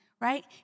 right